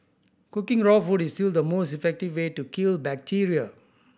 cooking raw food is still the most effective way to kill bacteria